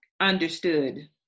Understood